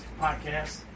podcast